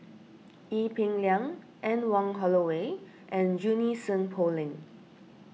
Ee Peng Liang Anne Wong Holloway and Junie Sng Poh Leng